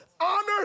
Honor